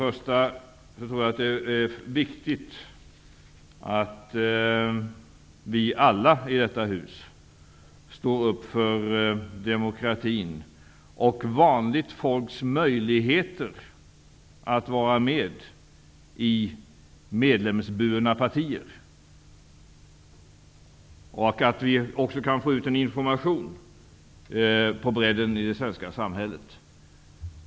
Jag tror att det är viktigt att vi alla i detta hus står upp för demokratin och för vanligt folks möjligheter att vara med i medlemsburna partier. Det är också viktigt att vi får ut information på bredden i det svenska samhället.